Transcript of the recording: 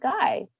guy